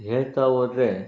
ಹೇಳ್ತಾ ಹೋದರೆ